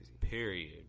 Period